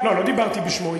לא, לא דיברתי בשמו.